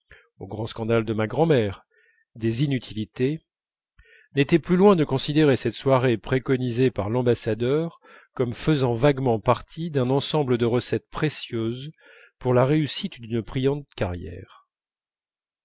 au grand scandale de ma grand'mère des inutilités n'était plus loin de considérer cette soirée préconisée par l'ambassadeur comme faisant vaguement partie d'un ensemble de recettes précieuses pour la réussite d'une brillante carrière